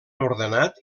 ordenat